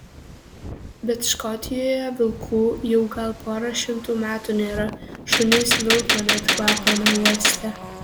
bet škotijoje vilkų jau gal pora šimtų metų nėra šunys vilko net kvapo neuostę